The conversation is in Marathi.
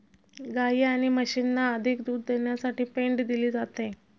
गायी आणि म्हशींना अधिक दूध देण्यासाठी पेंड दिली जाते